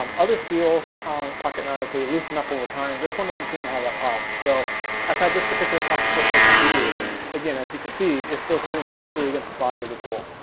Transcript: um other steels on pocket knives, they loosen up over time. this one doesn't seem to have that problem. so i've had this particular pocket clip for a couple years and again, as you can see, it's still sitting snugly against the body of the tool.